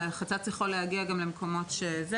חצץ יכול להגיע גם למקומות אחרים.